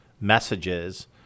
messages